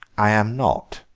i am not,